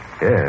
Yes